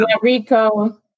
Rico